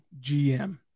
GM